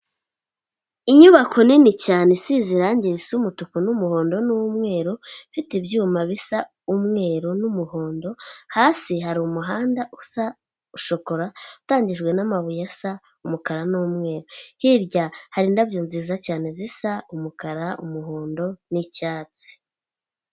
Inyubako nini cyane isize irangi risa umutuku n'umuhondo n'umweru, ifite ibyuma bisa umweru n'umuhondo, hasi hari umuhanda usa shokora, utangijwe n'amabuye asa umukara n'umweru, hirya hari indabyo nziza cyane zisa umukara, umuhondo n'icyatsi.